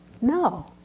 No